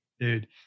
dude